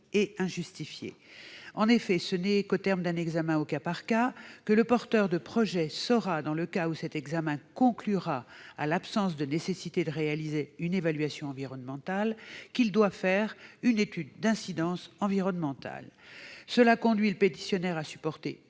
et injustifiée. En effet, ce n'est qu'au terme d'un examen au cas par cas que le porteur de projet saura, dans le cas où cet examen conclura à l'absence de nécessité de réaliser une évaluation environnementale, qu'il doit faire une étude d'incidence environnementale. Cela conduit le pétitionnaire à supporter